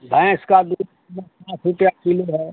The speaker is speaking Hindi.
भैंस का दूध साठ रुपया किलो है